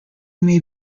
may